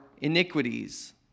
iniquities